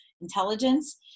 intelligence